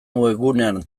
webgunean